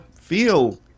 feel